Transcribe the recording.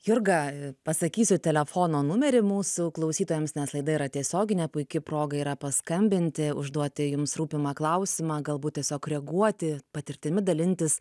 jurga pasakysiu telefono numerį mūsų klausytojams nes laida yra tiesioginė puiki proga yra paskambinti užduoti jums rūpimą klausimą galbūt tiesiog reaguoti patirtimi dalintis